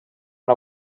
una